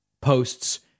posts